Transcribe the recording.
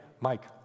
Mike